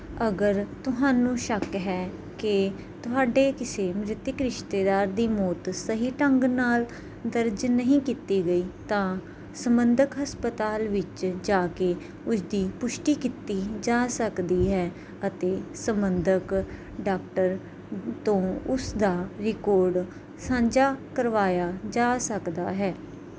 ਅਗਰ ਤੁਹਾਨੂੰ ਸ਼ੱਕ ਹੈ ਕਿ ਤੁਹਾਡੇ ਕਿਸੇ ਮ੍ਰਿਤਕ ਰਿਸ਼ਤੇਦਾਰ ਦੀ ਮੌਤ ਸਹੀ ਢੰਗ ਨਾਲ ਦਰਜ ਨਹੀਂ ਕੀਤੀ ਗਈ ਤਾਂ ਸੰਬੰਧਿਤ ਹਸਪਤਾਲ ਵਿੱਚ ਜਾ ਕੇ ਉਸਦੀ ਪੁਸ਼ਟੀ ਕੀਤੀ ਜਾ ਸਕਦੀ ਹੈ ਅਤੇ ਸੰਬੰਧਿਤ ਡਾਕਟਰ ਤੋਂ ਉਸ ਦਾ ਰਿਕੋਰਡ ਸਾਂਝਾ ਕਰਵਾਇਆ ਜਾ ਸਕਦਾ ਹੈ